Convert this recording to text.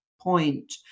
point